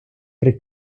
при